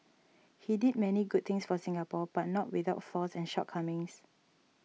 he did many good things for Singapore but not without flaws and shortcomings